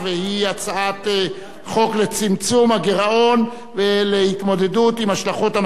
את הצעת חוק לצמצום הגירעון ולהתמודדות עם השלכות המשבר